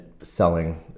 selling